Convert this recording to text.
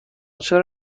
چرا